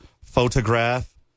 photograph